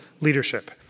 leadership